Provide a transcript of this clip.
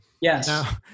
Yes